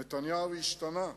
נתניהו השתנה.